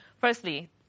firstly